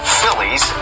Phillies